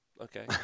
Okay